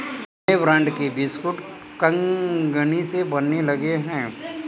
नए ब्रांड के बिस्कुट कंगनी से बनने लगे हैं